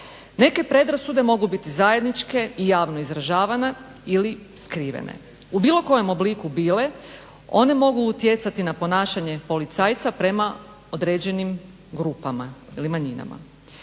Neke predrasude mogu biti zajedničke i javno izražavane ili skrivene. U bilo kojem obliku bile one mogu utjecati na ponašanje policajca prema određenim grupama ili manjinama.